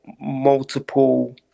multiple